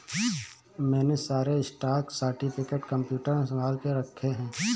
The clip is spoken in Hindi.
मैंने सारे स्टॉक सर्टिफिकेट कंप्यूटर में संभाल के रखे हैं